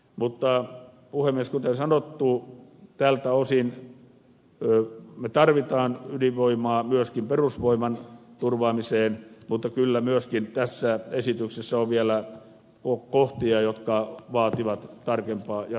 mutta puhemies kuten sanottu tältä osin me tarvitsemme ydinvoimaa myöskin perusvoiman turvaamiseen mutta kyllä myöskin tässä esityksessä on vielä kohtia jotka vaativat tarkempaa jatkovalmistelua